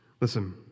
Listen